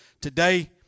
today